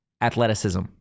athleticism